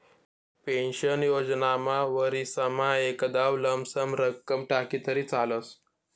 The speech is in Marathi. पेन्शन योजनामा वरीसमा एकदाव लमसम रक्कम टाकी तरी चालस